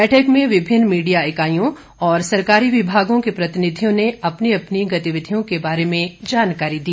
बैठक में विभिन्न मीडिया इकाईयों और सरकारी विभागों के प्रतिनिधियों ने अपनी अपनी गतिविधियों के बारे में जानकारी दी